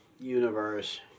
universe